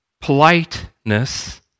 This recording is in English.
politeness